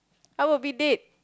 I would be dead